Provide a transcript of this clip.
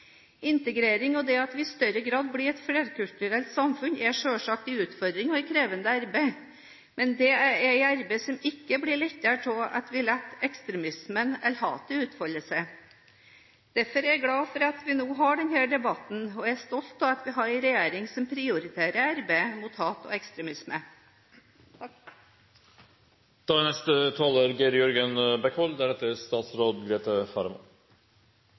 Integrering og det at vi i større grad blir et flerkulturelt samfunn er selvsagt en utfordring og et krevende arbeid, men det er et arbeid som ikke blir lettere av at vi lar ekstremismen eller hatet utfolde seg. Derfor er jeg glad for at vi nå har denne debatten, og jeg er stolt av at vi har en regjering som prioriterer arbeidet mot hat og ekstremisme.